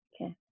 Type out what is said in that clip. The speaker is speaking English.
okay